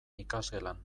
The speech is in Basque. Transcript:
ikasgelan